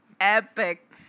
epic